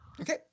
Okay